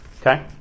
Okay